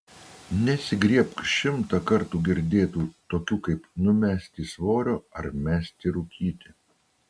nesigriebk šimtą kartų girdėtų tokių kaip numesti svorio ar mesti rūkyti